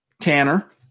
Tanner